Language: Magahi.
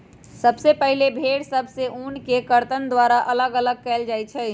सबसे पहिले भेड़ सभ से ऊन के कर्तन द्वारा अल्लग कएल जाइ छइ